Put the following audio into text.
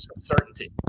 certainty